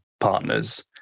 partners